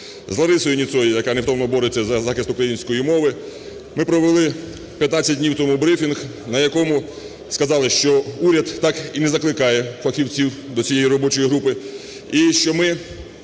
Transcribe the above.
З Ларисою Ніцой, яка невтомно бореться за захист української мови. Ми провели 15 днів тому брифінг, на якому сказали, що уряд так і не закликає фахівців до цієї робочої групи і що ми